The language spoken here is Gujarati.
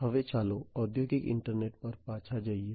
હવે ચાલો ઔદ્યોગિક ઇન્ટરનેટ પર પાછા જઈએ